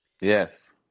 Yes